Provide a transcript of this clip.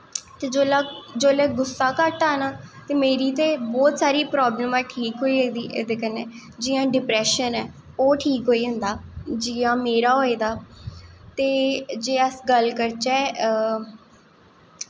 ते जोल्लै जोल्लै गुस्सा घट्ट आना ते मेरी ते बहोत सारी प्रॉब्लमां होई जंदी ते एह्दे कन्नै जि'यां डिप्रेशन ऐ ओह् ठीक होई जंदा जि'यां मेरा होए दा ते जे अस गल्ल करचै